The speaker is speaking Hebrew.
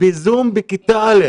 בזום בכיתה א',